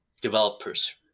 developers